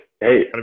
Hey